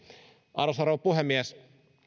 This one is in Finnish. arvoisa rouva puhemies